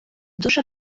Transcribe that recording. дуже